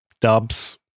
dubs